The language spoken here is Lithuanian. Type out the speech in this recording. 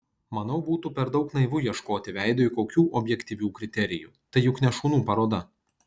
manau būtų per daug naivu ieškoti veidui kokių objektyvių kriterijų tai juk ne šunų paroda